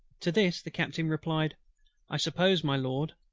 to this the captain replied i suppose, my lord,